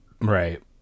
right